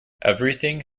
everything